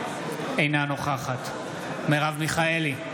אינה נוכחת מרב מיכאלי,